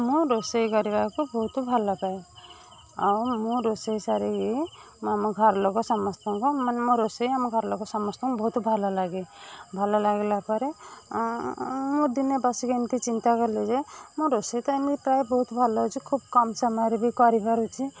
ମୁଁ ରୋଷେଇ କରିବାକୁ ବହୁତ ଭଲ ପାଏ ଆଉ ମୁଁ ରୋଷେଇ ସାରିକି ମୁଁ ଆମ ଘର ଲୋକ ସମସ୍ତଙ୍କୁ ମାନେ ମୋ ରୋଷେଇ ଆମ ଘର ଲୋକ ସମସ୍ତଙ୍କୁ ବହୁତ ଭଲ ଲାଗେ ଭଲ ଲାଗିଲା ପରେ ମୁଁ ଦିନେ ବସିକି ଏମିତି ଚିନ୍ତା କଲି ଯେ ମୋ ରୋଷେଇ ତ ଏମିତି ପ୍ରାୟ ବହୁତ ଭଲ ଅଛି ଖୁବ କମ ସମୟରେ ବି କରିପାରୁଛି